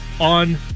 on